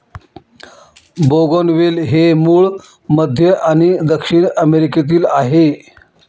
बोगनवेल हे मूळ मध्य आणि दक्षिण अमेरिकेतील आहे